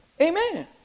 Amen